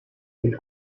del